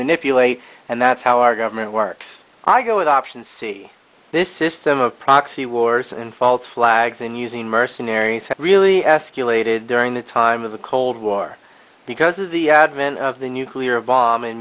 manipulate and that's how our government works i go with option c this system of proxy wars and false flags in using mercenaries has really escalated during the time of the cold war because of the advent of the nuclear bomb and